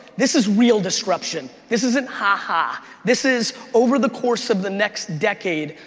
this is real disruption, this isn't ha ha, this is over the course of the next decade,